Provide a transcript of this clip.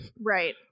Right